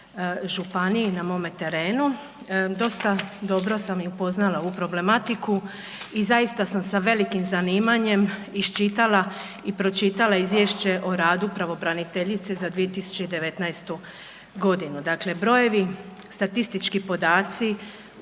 županiji na mome terenu, dosta dobro sam i upoznala ovu problematiku i zaista sam sa velikim zanimanjem iščitala i pročitala Izvješće o radu pravobraniteljice za 2019. godinu. Dakle, brojevi, statistički podaci,